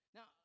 Now